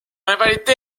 rivalité